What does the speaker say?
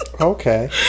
okay